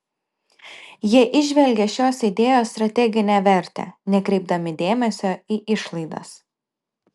jie įžvelgė šios idėjos strateginę vertę nekreipdami dėmesio į išlaidas